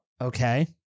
Okay